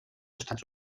estats